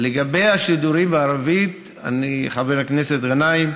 לגבי השידורים בערבית, חבר הכנסת גנאים,